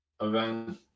event